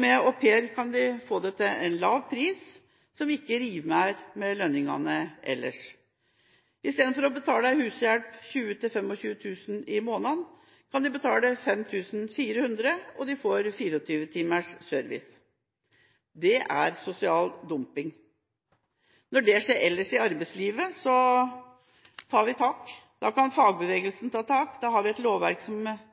Med au pair kan de få det til en lav pris, en pris som ikke rimer med lønningene ellers. Istedenfor å betale en hushjelp 20 000–25 000 kr i måneden, kan de betale 5 400 kr og få 24 timers service. Det er sosial dumping. Når dette skjer i arbeidslivet ellers, tar vi tak – da kan fagbevegelsen ta tak, da har vi et lovverk som